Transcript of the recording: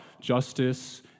justice